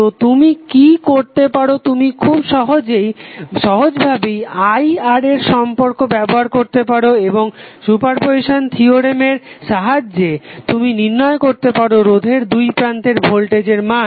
তো তুমি কি করতে পারো তুমি খুব সহজ ভাবেই Ir এর সম্পর্ক ব্যবহার করতে পারো এবং সুপারপজিসান থিওরেমের সাহায্যে তুমি নির্ণয় করতে পারো রোধের দুইপ্রান্তের ভোল্টেজের মান